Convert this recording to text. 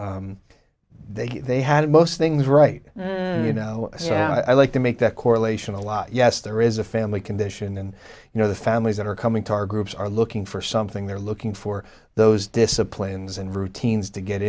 school they they had most things right you know so yeah i like to make that correlation a lot yes there is a family condition and you know the families that are coming to our groups are looking for something they're looking for those disciplines and routines to get